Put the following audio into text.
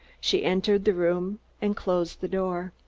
she entered the room and closed the door.